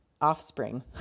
offspring